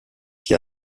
qui